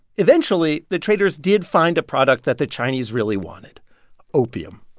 eventually, the traders did find a product that the chinese really wanted opium.